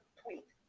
tweet